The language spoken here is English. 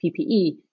ppe